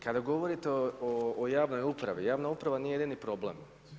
Kada govorite o javnoj upravi, javna uprava nije jedini problem.